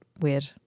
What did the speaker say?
weird